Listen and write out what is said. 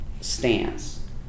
stance